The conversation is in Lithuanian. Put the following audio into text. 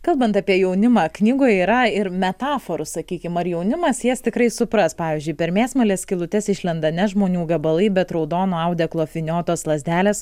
kalbant apie jaunimą knygoje yra ir metaforų sakykim ar jaunimas jas tikrai supras pavyzdžiui per mėsmalės skylutes išlenda ne žmonių gabalai bet raudonu audeklu apvyniotos lazdelės